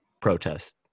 protest